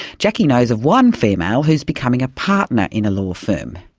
jacqui knows of one female who's becoming a partner in a law firm.